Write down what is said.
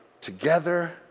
together